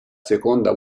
seconda